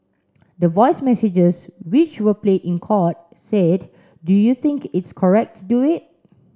the voice messages which were played in court said do you think its correct to do it